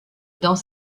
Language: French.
dans